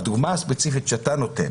בדוגמה הספציפית שאתה נותן,